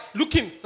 looking